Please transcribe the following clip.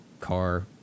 car